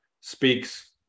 speaks